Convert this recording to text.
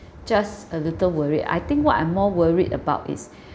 just a little worried I think what I'm more worried about is